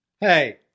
Hey